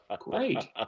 Great